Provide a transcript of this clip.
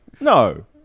No